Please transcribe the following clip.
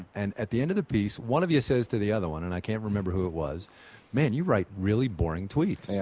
and at the end of the piece, one of you says to the other one and i can't remember what it was man, you write really boring tweets. yeah,